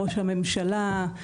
בראש הממשלה,